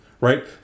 right